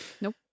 Nope